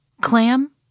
Clam